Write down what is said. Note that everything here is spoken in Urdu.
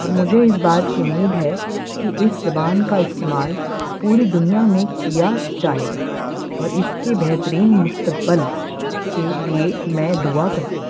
اور مجھے اس بات کی امید ہے کہ اس زبان کا استعمال پوری دنیا میں کیا جائے گا اور اس کے بہترین مستقبل کے لیے میں دعا کرتی ہوں